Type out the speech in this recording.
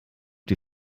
die